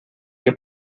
que